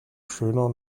schöner